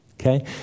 Okay